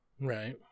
right